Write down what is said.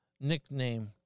nickname